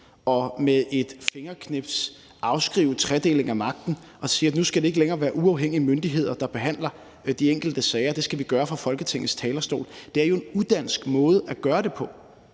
og med et fingerknips afskrive tredelingen af magten og sige, at nu skal det ikke længere være uafhængige myndigheder, der behandler de enkelte sager; det skal vi gøre fra Folketingets talerstol. Det er jo en udansk måde at gøre det på.